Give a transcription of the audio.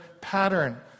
pattern